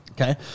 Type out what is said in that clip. Okay